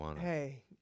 hey